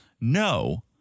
No